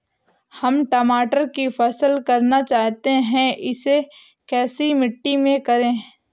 हम टमाटर की फसल करना चाहते हैं इसे कैसी मिट्टी में करें?